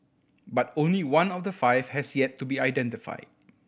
but only one of the five has yet to be identified